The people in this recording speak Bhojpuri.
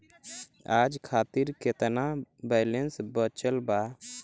आज खातिर केतना बैलैंस बचल बा?